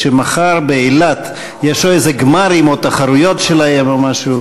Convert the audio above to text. מחר באילת יש גמרים או תחרויות שלהם או משהו.